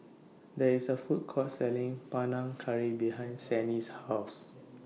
There IS A Food Court Selling Panang Curry behind Sannie's House